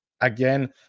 again